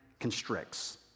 constricts